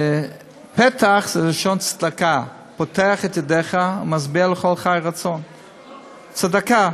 ש"פתח" זה לשון צדקה: "פותח את ידך ומשביע לכל חי רצון" צדקה,